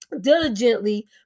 diligently